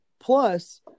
Plus